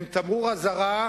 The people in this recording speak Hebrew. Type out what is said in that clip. הן תמרור אזהרה